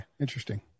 Interesting